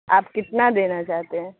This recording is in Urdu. آپ کتنا دینا چاہتے ہیں